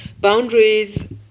Boundaries